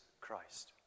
Christ